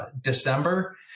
December